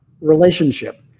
relationship